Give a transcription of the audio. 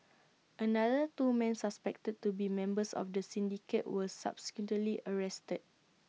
another two men suspected to be members of the syndicate were subsequently arrested